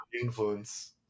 influence